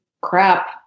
crap